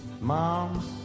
mom